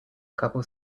couple